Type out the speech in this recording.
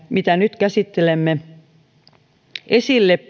mitä nyt käsittelemme esille